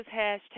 hashtag